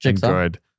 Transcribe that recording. good